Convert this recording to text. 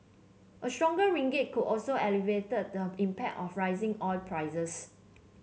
a stronger ringgit could also alleviate the impact of rising oil prices